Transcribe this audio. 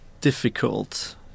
difficult